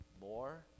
more